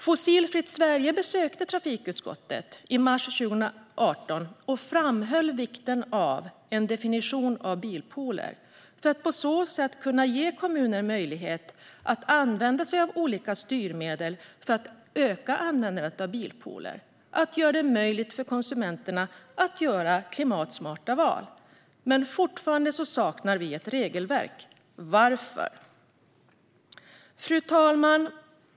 Fossilfritt Sverige besökte trafikutskottet i mars 2018 och framhöll vikten av en definition av bilpooler för att på så sätt kunna ge kommuner möjlighet att använda sig av olika styrmedel för att öka användandet av bilpooler och göra det möjligt för konsumenterna att göra klimatsmarta val. Men vi saknar fortfarande ett regelverk. Varför? Fru talman!